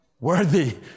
worthy